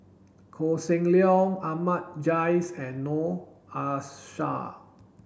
Koh Seng Leong Ahmad Jais and Noor Aishah